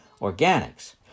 organics